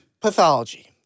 pathology